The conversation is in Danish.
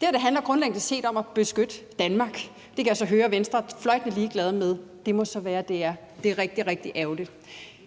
Det her handler grundlæggende om at beskytte Danmark. Det kan jeg så høre at Venstre er fløjtende ligeglad med. Det må så være, hvad det er. Det er rigtig, rigtig ærgerligt.